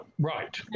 right